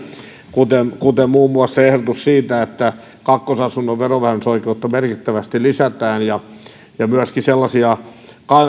kuten kuten muun muassa ehdotuksen siitä että kakkosasunnon verovähennysoikeutta merkittävästi lisätään ja myöskin sellaisia